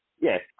yes